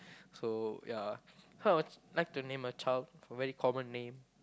so yeah I would like to name a child a very common name